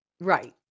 Right